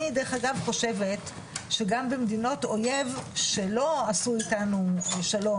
אני דרך אגב חושבת שגם במדינות אוייב שלא עשו איתנו שלום,